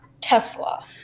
Tesla